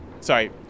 Sorry